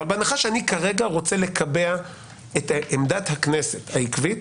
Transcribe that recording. אבל בהנחה שאני כרגע רוצה לקבע את עמדת הכנסת העקבית